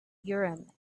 urim